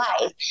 life